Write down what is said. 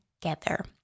together